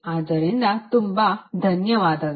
ಆದ್ದರಿಂದ ತುಂಬಾ ಧನ್ಯವಾದಗಳು